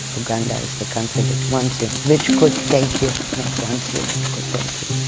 uganda is the country which wants you, which could take you, not wants you, but could take you.